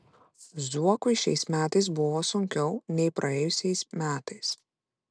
zuokui šiais metais buvo sunkiau nei praėjusiais metais